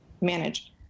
manage